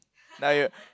now you